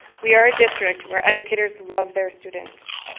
we are a district where educators love their students.